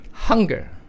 hunger